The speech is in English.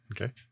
okay